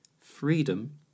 freedom